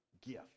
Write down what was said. gift